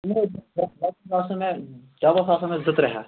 آسن مےٚ ڈبَس آسن مےٚ زٕ ترٛےٚ ہتھ